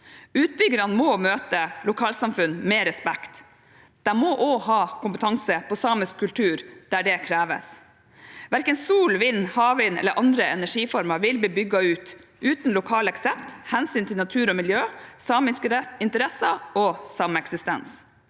Utbyggerne må møte lokalsamfunn med respekt. De må også ha kompetanse om samisk kultur der det kreves. Verken sol, vind, havvind eller andre energiformer vil bli bygd ut uten lokal aksept, hensyn til natur og miljø, samiske interesser og sameksistens.